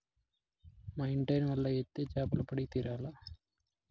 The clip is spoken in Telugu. మా ఇంటాయన వల ఏత్తే చేపలు పడి తీరాల్ల